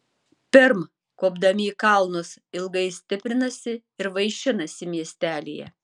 pirm kopdami į kalnus ilgai stiprinasi ir vaišinasi miestelyje